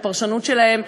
הפרשנות שלהם,